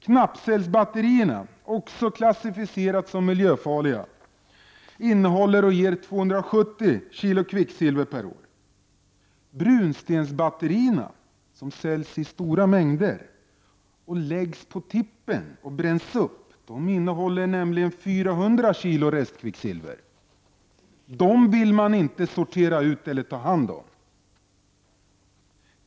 Knappcellsbatterierna, som också klassificeras som miljöfarliga, innehåller och ger 270 kg kvicksilver per år. Brunstensbatterierna, som säljs i stora mängder läggs på tippen eller bränns upp, innehåller 400 kg restkvicksilver. Dem vill man inte sortera ut eller ta hand om.